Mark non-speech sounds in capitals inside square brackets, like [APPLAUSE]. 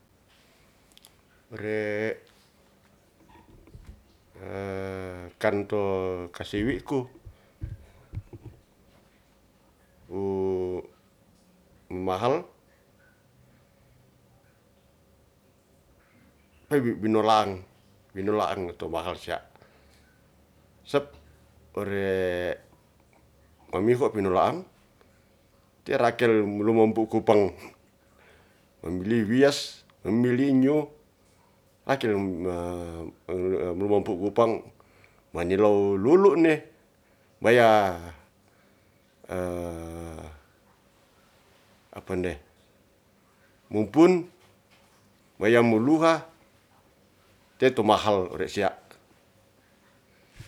Ore [HESITATION] kanto kasiwi'ku wu mahal, mebi' binolang, binolaang to mahal sia. Sep ore mamiho pinolaang te rakel lumompu kupang memili wiyas, memili inyo rakel [HESITATION] mo mempu kupang manilow lulu ne maya [HESITATION] apa nde, mupun waya muluha teto mahal re sia